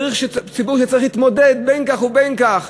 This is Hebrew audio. ציבור שצריך להתמודד בין כך ובין כך